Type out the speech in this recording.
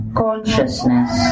consciousness